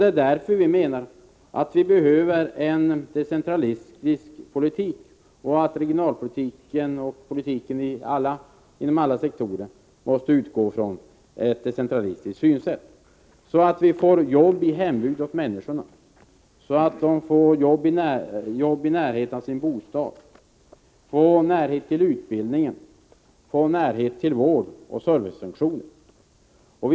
Det är därför vi menar att vi behöver en decentralistisk politik och att regionalpolitiken och politiken inom alla sektorer måste utgå från ett decentralistiskt synsätt, så att människorna får arbete i hembygden, i närheten av sina bostäder, så att de får närhet till utbildning, vård och servicefunktioner.